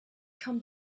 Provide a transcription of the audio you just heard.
came